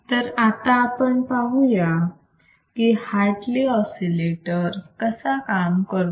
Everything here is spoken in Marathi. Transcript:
तर आता आपण पाहू की हार्टली ऑसिलेटर कसा काम करतो